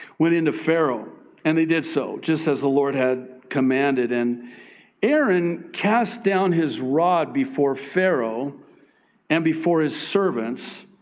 went in to pharaoh, and they did so just as the lord had commanded. and aaron cast down his rod before pharaoh and before his servants,